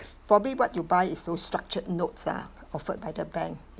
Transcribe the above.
probably what you buy is those structured notes lah offered by the bank